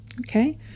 Okay